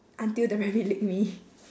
until the rabbit lick me